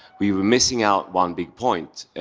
we were missing out one big point.